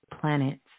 planets